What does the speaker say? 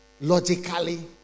logically